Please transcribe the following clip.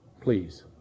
please